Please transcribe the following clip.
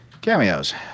cameos